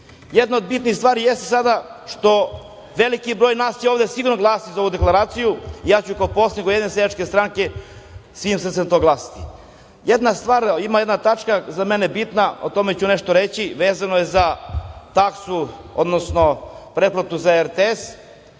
od bitnih stvari jeste sada što veliki broj nas ovde će sigurno glasati za ovu deklaraciju. Ja ću kao poslanik Ujedinjene seljačke stranke svim srcem za to glasati. Ima jedna tačka za mene bitna o tome ću nešto reći, vezano je za taksu, odnosno pretplatu za RTS